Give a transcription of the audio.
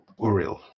Uriel